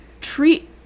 treat